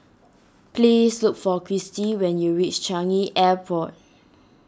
please look for Kirstie when you reach Changi Airport